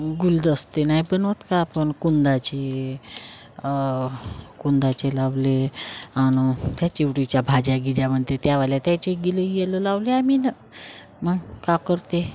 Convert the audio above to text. गुलदस्ते नाही बनवत होत का आपण कुंदाचे कुंदाचे लावले आणून त्या चिवटीच्या भाज्याबीज्या म्हणते त्यावाल्या त्याचे गिले वेल लावले आम्ही न मग काय कळते